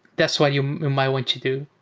that's what you might want to do.